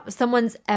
someone's